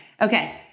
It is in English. okay